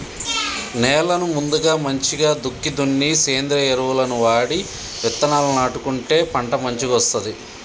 నేలను ముందుగా మంచిగ దుక్కి దున్ని సేంద్రియ ఎరువులను వాడి విత్తనాలను నాటుకుంటే పంట మంచిగొస్తది